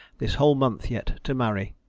this whole month yet, to marry.